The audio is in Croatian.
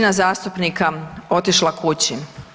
zastupnika otišla kući?